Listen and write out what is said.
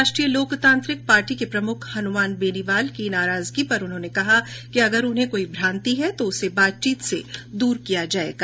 राष्ट्रीय लोकतांत्रिक पार्टी के प्रमुख हनुमान बेनीवाल की नाराजगी पर कहा कि अगर उन्हें कोई भ्रांति है तो उसे बातचीत से दूर किया जायेगा